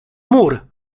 mur